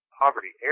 poverty